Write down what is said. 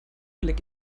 blick